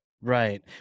Right